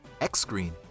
X-Screen